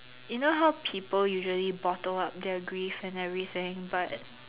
you know how people usually bottle up their grief and everything but